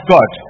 God